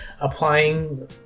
applying